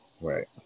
Right